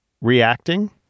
reacting